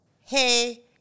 hey